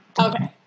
Okay